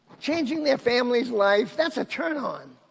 changing their family's life. that's a turn on.